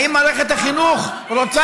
האם מערכת החינוך רוצה